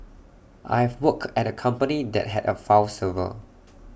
I've worked at A company that had A file server